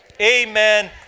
Amen